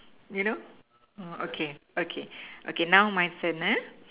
you know okay okay okay now my turn